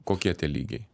kokie tie lygiai